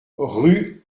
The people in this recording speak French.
rue